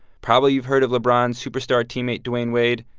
probably, you've heard of lebron's superstar teammate dwyane wade.